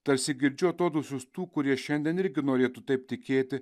tarsi girdžiu atodūsius tų kurie šiandien irgi norėtų taip tikėti